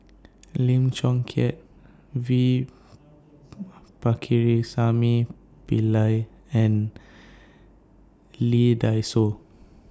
Lim Chong Keat V Pakirisamy Pillai and Lee Dai Soh